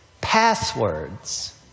passwords